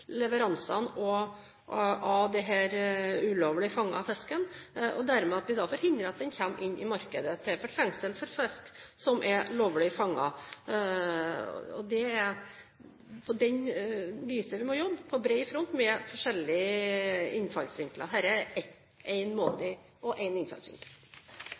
leveransene av denne ulovlig fangede fisken – og at vi dermed får hindret at den kommer inn i markedet til fortrengsel for fisk som er lovlig fanget. Det er på det viset vi må jobbe, på bred front, med forskjellige innfallsvinkler. Dette er én måte og én innfallsvinkel. Replikkordskiftet er over. De representantene som heretter får ordet, har en